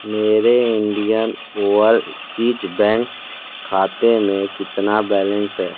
मेरे Indian Overseas Bank खाते में कितना बैलेंस है